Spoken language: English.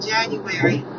January